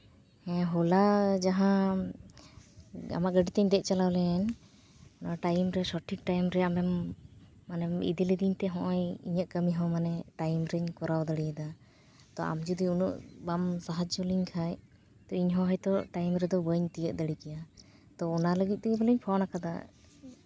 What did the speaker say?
ᱦᱮᱸ ᱦᱚᱞᱟ ᱡᱟᱦᱟᱸ ᱟᱢᱟᱜ ᱜᱟᱹᱰᱤ ᱛᱤᱧ ᱫᱮᱡ ᱪᱟᱞᱟᱣ ᱞᱮᱱ ᱚᱱᱟ ᱴᱟᱭᱤᱢ ᱨᱮ ᱥᱚᱴᱷᱤᱠ ᱴᱟᱭᱤᱢ ᱨᱮ ᱟᱢᱮᱢ ᱢᱟᱱᱮᱢ ᱤᱫᱤ ᱞᱮᱫᱤᱧ ᱛᱮ ᱱᱚᱜᱼᱚᱭ ᱤᱧᱟᱹᱜ ᱠᱟᱹᱢᱤ ᱦᱚᱸ ᱢᱟᱱᱮ ᱴᱟᱭᱤᱢ ᱨᱮᱧ ᱠᱚᱨᱟᱣ ᱫᱟᱲᱮᱭᱟᱫᱟ ᱛᱚ ᱟᱢ ᱡᱩᱫᱤ ᱩᱱᱟᱹᱜ ᱵᱟᱢ ᱥᱟᱦᱟᱡᱽᱡᱚ ᱞᱤᱧ ᱠᱷᱟᱡ ᱛᱚ ᱤᱧ ᱦᱚᱸ ᱦᱚᱭᱛᱳ ᱴᱟᱭᱤᱢ ᱨᱮᱫᱚ ᱵᱟᱹᱧ ᱛᱤᱭᱳᱜ ᱫᱟᱲᱮ ᱠᱮᱭᱟ ᱛᱚ ᱚᱱᱟ ᱞᱟᱹᱜᱤᱫ ᱛᱮᱜᱮᱞᱤᱧ ᱯᱷᱳᱱ ᱠᱟᱫᱟ